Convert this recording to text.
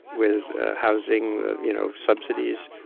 with housing you know subsidies,